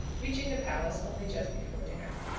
reaching the palace only just before dinner.